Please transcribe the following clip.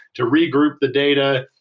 to regroup the data,